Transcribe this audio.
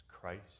Christ